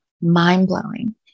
mind-blowing